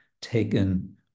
taken